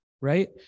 right